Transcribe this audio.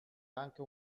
anche